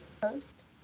post